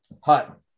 hut